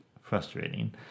frustrating